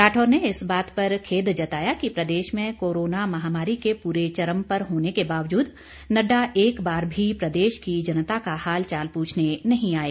राठौर ने इस बात पर खेद जताया कि प्रदेश में कोरोना महामारी के पूरे चरम पर होने के बावजूद नड्डा एक बार भी प्रदेश की जनता का हालचाल पूछने नही आये